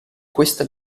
questa